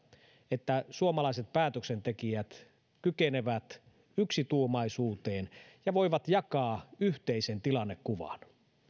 että suomalaiset päätöksentekijät kykenevät yksituumaisuuteen ja voivat jakaa yhteisen tilannekuvan